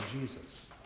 Jesus